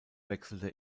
wechselte